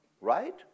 Right